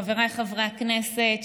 חבריי חברי הכנסת,